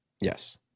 Yes